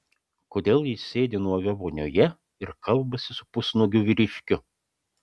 kodėl ji sėdi nuoga vonioje ir kalbasi su pusnuogiu vyriškiu